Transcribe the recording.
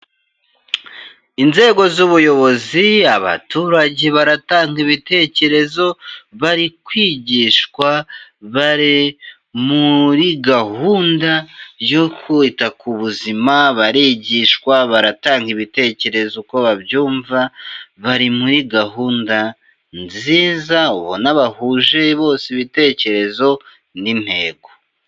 Inzego z'ubuyobozi, abaturage baratanga ibitekerezo, bari kwigishwa, bari muri gahunda yo kwita ku buzima, barigishwa, baratanga ibitekerezo uko babyumva, bari muri gahunda nziza bahuje bose ibitekerezo n'intego.